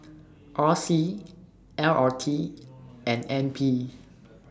R C L R T and N P